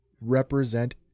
represent